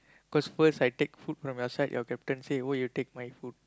cause first I take food from your side your captain said oh you take my food